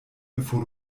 bevor